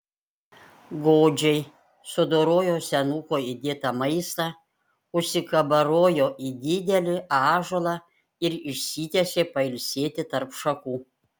godžiai sudorojo senuko įdėtą maistą užsikabarojo į didelį ąžuolą ir išsitiesė pailsėti tarp šakų